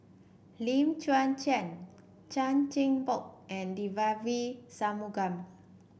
Lim Chwee Chian Chan Chin Bock and Devagi Sanmugam